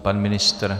Pan ministr?